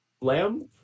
Lamb